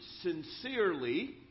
sincerely